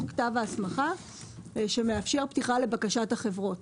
כתב ההסמכה שמאפשר פתיחה לבקשת החברות.